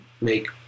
make